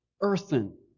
earthen